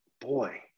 boy